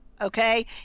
Okay